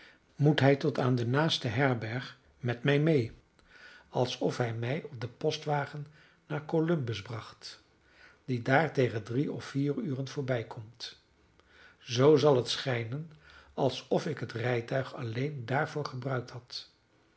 moet hij tot aan de naaste herberg met mij mee alsof hij mij op den postwagen naar columbus bracht die daar tegen drie of vier uren voorbijkomt zoo zal het schijnen alsof ik het rijtuig alleen daarvoor gebruikt had